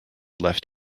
left